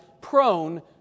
prone